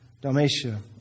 Dalmatia